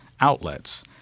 outlets